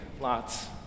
lots